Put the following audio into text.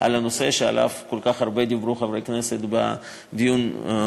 על הנושא שחברי הכנסת דיברו עליו כל כך הרבה בדיון בוועדה,